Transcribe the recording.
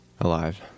Alive